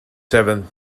seventh